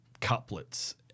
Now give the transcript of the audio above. couplets